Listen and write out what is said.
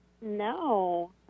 No